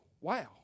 Wow